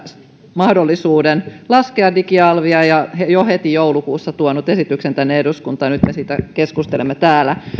mahdollisuuden laskea digialvia ja jo heti joulukuussa tuonut esityksen tänne eduskuntaan ja nyt me siitä keskustelemme täällä